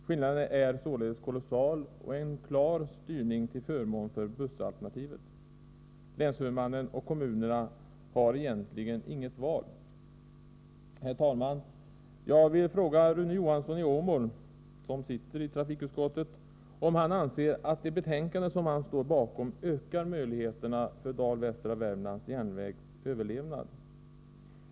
Skillnaden är således kolossal, och det är en klar styrning till förmån för bussalternativet. Länshuvudmannen och kommunerna har egentligen inget val. Herr talman! Jag vill fråga Rune Johansson i Åmål, som sitter i trafikutskottet, om han anser att det betänkande som han står bakom ökar möjligheterna för Dal-Västra Värmlands järnvägs överlevnad.